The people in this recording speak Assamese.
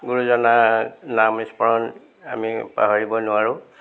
গুৰুজনাৰ নাম স্মৰণ আমি পাহৰিব নোৱাৰোঁ